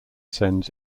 sends